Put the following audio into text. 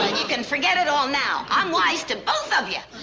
you can forget it all now. i'm wise to both of you.